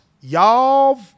Y'all